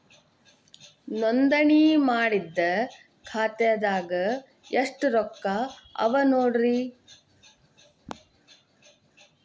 ನೋಂದಣಿ ಮಾಡಿದ್ದ ಖಾತೆದಾಗ್ ಎಷ್ಟು ರೊಕ್ಕಾ ಅವ ನೋಡ್ರಿ